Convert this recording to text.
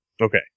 Okay